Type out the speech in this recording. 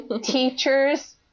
teachers